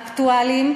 אקטואליים,